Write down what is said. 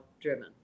driven